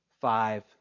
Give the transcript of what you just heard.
five